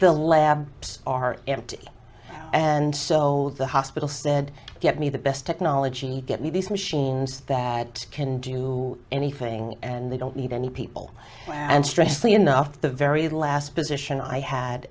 the labs are empty and so the hospital said get me the best technology get me these machines that can do anything and they don't need any people and stressful enough the very last position i had